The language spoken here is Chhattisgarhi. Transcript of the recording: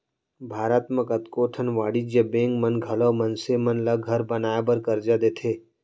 भारत म कतको ठन वाणिज्य बेंक मन घलौ मनसे मन ल घर बनाए बर करजा देथे